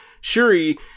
Shuri